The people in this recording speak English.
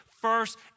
First